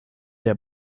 der